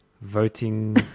voting